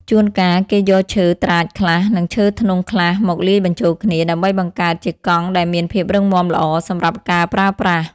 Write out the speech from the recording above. ជួនការ គេយកឈើត្រាចខ្លះ និងឈើធ្នង់ខ្លះ មកលាយបញ្ចូលគ្នា ដើម្បីបង្កើតជាកង់ដែលមានភាពរឹងមាំល្អសម្រាប់ការប្រើប្រាស់។